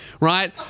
right